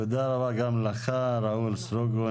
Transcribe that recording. תודה רבה גם לך ראול סטרוגו,